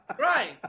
Right